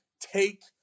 Take